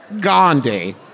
Gandhi